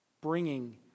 bringing